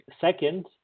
second